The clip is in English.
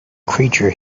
creature